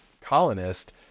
colonist